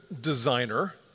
designer